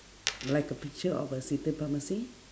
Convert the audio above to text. like a picture of a city pharmacy